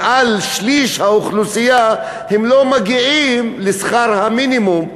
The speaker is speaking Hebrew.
יותר משליש האוכלוסייה לא מגיעים לשכר המינימום,